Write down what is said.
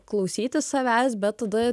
klausyti savęs bet tada